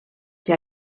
que